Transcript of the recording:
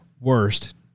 worst